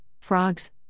Frogs